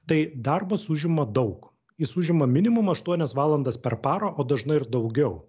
tai darbas užima daug jis užima minimum aštuonias valandas per parą o dažnai ir daugiau